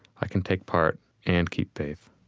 i can take part and keep faith